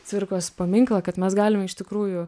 cvirkos paminklą kad mes galim iš tikrųjų